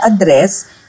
address